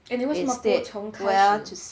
eh 你为什么不从开始